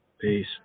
Peace